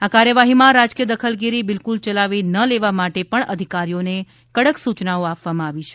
આ કાર્યવાહીમાં રાજકીય દખલગીરી બિલકુલ ચલાવી ન લેવા માટે પણ અધિકારીઓને કડક સૂચનાઓ આપવામાં આવી છે